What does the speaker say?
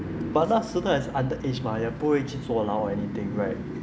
but 那时他也是 as underage mah 也不会去坐牢 or anything right